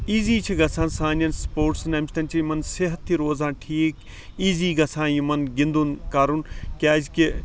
easy چھِ گَژھان سانٮ۪ن سپوٹسَن امہِ سۭتۍ چھ یِمن صحت تہِ روزان ٹھیک ایٖزی گَژھان یِمَن گِنٛدُن کَرُن کیازکہِ